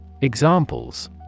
Examples